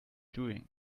doing